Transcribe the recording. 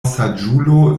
saĝulo